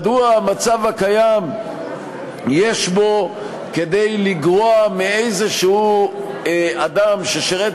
מדוע המצב הקיים יש בו כדי לגרוע מאדם כלשהו ששירת